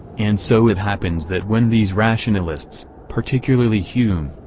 and so it happens that when these rationalists, particularly hume,